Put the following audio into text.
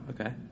Okay